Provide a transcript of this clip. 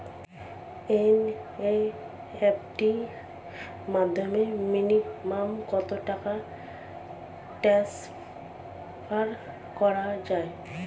NEFT র মাধ্যমে minimum কত টাকা ট্রান্সফার করা যায়?